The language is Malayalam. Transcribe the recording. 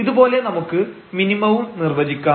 ഇതുപോലെ നമുക്ക് മിനിമവും നിർവചിക്കാം